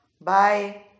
bye